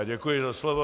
Děkuji za slovo.